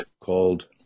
called